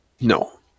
No